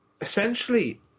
essentially